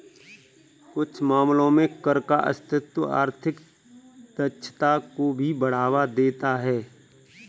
कुछ मामलों में कर का अस्तित्व आर्थिक दक्षता को भी बढ़ावा देता है